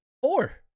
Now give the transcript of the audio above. four